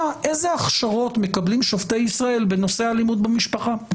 איזה הכשרות מקבלים שופטי ישראל בנושא אלימות במשפחה.